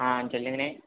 ஆ சொல்லுங்கணே